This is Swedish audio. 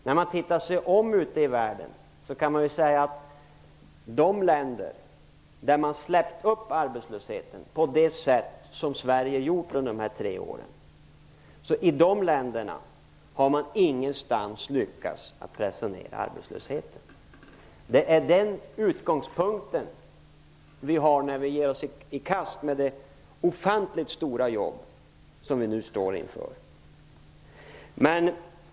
Den som ser sig om ute i världen finner att man ingenstans i de länder där man har släppt upp arbetslösheten på det sätt som Sverige gjort under de här tre åren har lyckats pressa ned den igen. Det är den utgångspunkt som vi har när vi ger oss i kast med det ofantligt stora jobb som vi nu står inför.